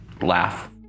laugh